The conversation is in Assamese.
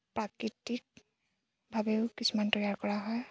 প্ৰাকৃতিকভাৱেও কিছুমান তৈয়াৰ কৰা হয়